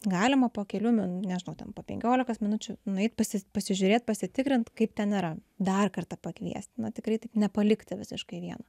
galima po kelių min nežinau ten po penkiolikos minučių nueiti pasi pasižiūrėt pasitikrint kaip ten yra dar kartą pakviesti na tikrai taip nepalikti visiškai vieno